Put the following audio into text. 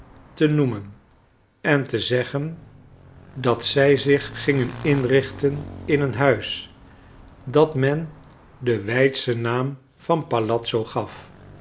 te noemen en te zeggen dat zij zich gingen inrichten in een huis dat men den weidschen naam van palazzo gaf